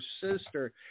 sister